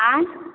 अँए